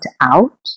out